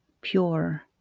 pure